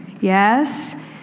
Yes